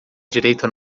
direito